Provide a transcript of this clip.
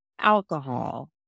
alcohol